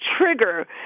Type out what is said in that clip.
trigger